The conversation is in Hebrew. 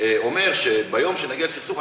אומר שביום שנגיע לפתרון הסכסוך,